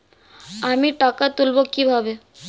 আমি টাকা তুলবো কি ভাবে?